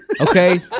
Okay